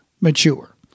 mature